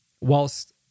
whilst